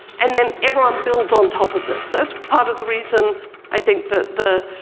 and then everyone builds on top of this. that's part of the reason i think that the